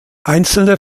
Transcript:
einzelne